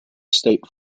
state